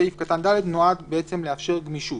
סעיף קטן (ד) נועד לאפשר גמישות.